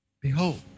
Behold